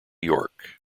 york